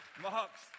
Mark's